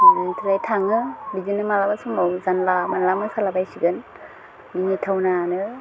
ओमफ्राय थाङो बिदिनो मालाबा समाव जानला मानला मोसाला बायसिगोन मिनिथावनानो